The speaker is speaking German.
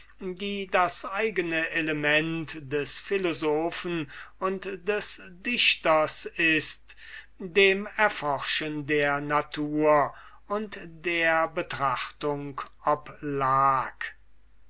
die das eigene element des philosophen und des dichters ist dem erforschen der natur und der betrachtung oblag